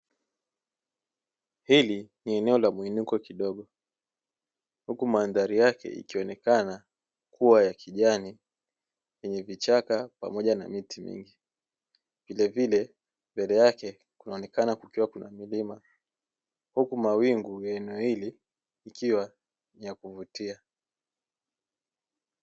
Hili ni eneo la mwinuko kidogo huku mandhari yake ikionekana kuwa ya kijani yenye vichaka pamoja na miti mingi vilevile mbele yake kunaonekana kukiwa kuna milima huku mawingu ya eneo hili yakiwa ni ya kuvutia.